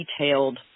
detailed